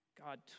God